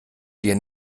dir